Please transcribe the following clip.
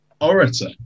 orator